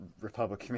Republic